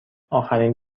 آخرین